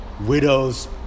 widows